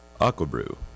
Aquabrew